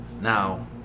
Now